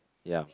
ya